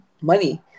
money